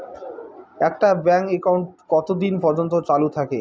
একটা bank account কতদিন পর্যন্ত চালু থাকে?